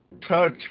Touch